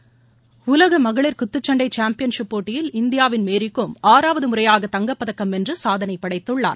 விளையாட்டுச் செய்திகள் உலக மகளிர் குத்துச்சண்டை சாம்பியன் போட்டியில் இந்தியாவின் மேரிகோம் ஆறாவது முறையாக தங்கப்பதக்கம் வென்று சாதனை படைத்துள்ளார்